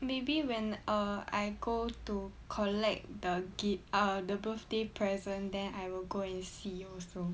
maybe when err I go to collect the birthday present then I will go and see also